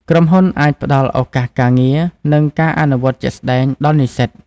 ក្រុមហ៊ុនអាចផ្តល់ឱកាសការងារ និងការអនុវត្តជាក់ស្តែងដល់និស្សិត។